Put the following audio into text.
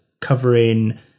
covering